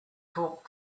talk